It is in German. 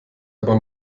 aber